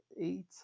eight